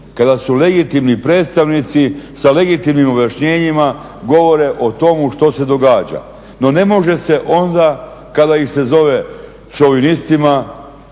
kada legitimni predstavnici sa legitimnim objašnjenjima govore o tomu što se događa. No ne može se onda kada ih se zove šovinistima,